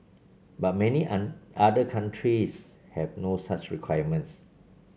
but many other countries have no such requirements